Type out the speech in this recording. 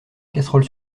casseroles